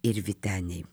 ir vytenei